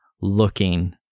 looking